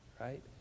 right